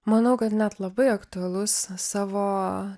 manau kad net labai aktualus savo